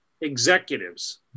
executives